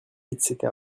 etc